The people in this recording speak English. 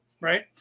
right